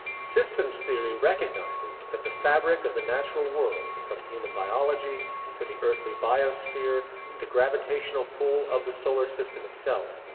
systems theory recognizes that the fabric of the natural world, from human biology to the earthly biosphere to the gravitational pull of the solar system itself,